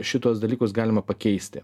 šituos dalykus galima pakeisti